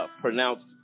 pronounced